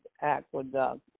aqueduct